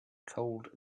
cold